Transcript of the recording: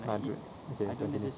nugget okay continue